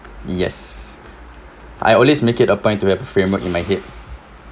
yes I always make it a point to have a framework in my head